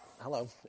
hello